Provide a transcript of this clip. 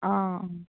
অঁ